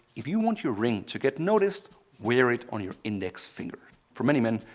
if you want your ring to get noticed, wear it on your index finger. for many men,